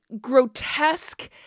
grotesque